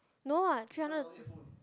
no [what] three hundred